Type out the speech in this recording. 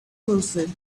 persons